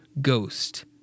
ghost